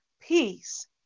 peace